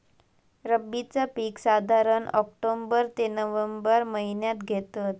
रब्बीचा पीक साधारण ऑक्टोबर ते नोव्हेंबर महिन्यात घेतत